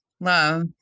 Love